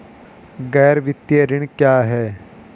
गैर वित्तीय ऋण क्या है?